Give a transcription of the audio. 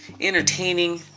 entertaining